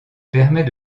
permet